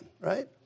right